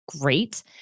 Great